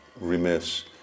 remiss